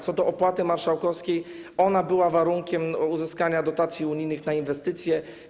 Co do opłaty marszałkowskiej - ona była warunkiem uzyskania dotacji unijnych na inwestycje.